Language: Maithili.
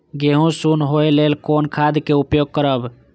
गेहूँ सुन होय लेल कोन खाद के उपयोग करब?